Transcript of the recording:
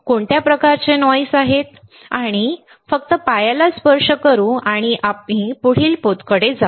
कोणत्या प्रकारचे आवाज आहेत आम्ही फक्त पायाला स्पर्श करू आणि आम्ही पुढील पोतकडे जाऊ